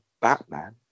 Batman